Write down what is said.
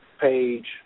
page